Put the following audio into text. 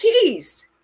keys